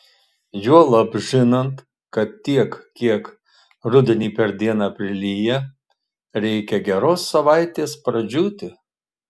juolab žinant kad tiek kiek rudenį per dieną prilyja reikia geros savaitės pradžiūti